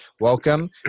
welcome